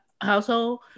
household